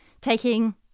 taking